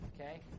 okay